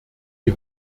die